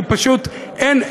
כי פשוט אין,